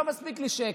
לא מספיק לי שהכיתי,